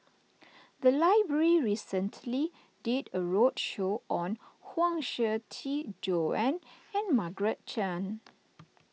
the library recently did a roadshow on Huang Shiqi Joan and Margaret Chan